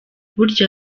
burya